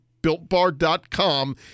BuiltBar.com